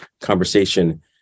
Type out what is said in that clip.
conversation